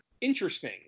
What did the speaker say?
Interesting